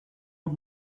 los